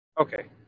Okay